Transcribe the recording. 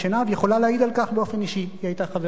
יכולה להעיד על כך באופן אישי" היא היתה חברה בוועדה.